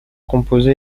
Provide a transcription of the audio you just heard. composé